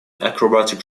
acrobatic